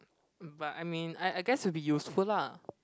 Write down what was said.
but I mean I I guess it'll be useful lah